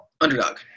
Underdog